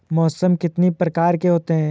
मौसम कितनी प्रकार के होते हैं?